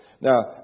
Now